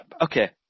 okay